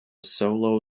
solo